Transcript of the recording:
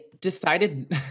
decided